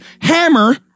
hammer